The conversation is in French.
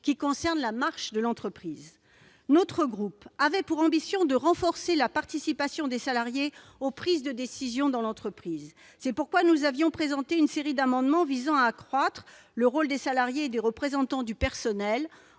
relatives à la marche de l'entreprise. Le groupe CRCE avait, lui, pour ambition de renforcer la participation des salariés aux prises de décision dans l'entreprise. C'est pourquoi nous avions présenté une série d'amendements visant à accroître le rôle des salariés et des représentants du personnel,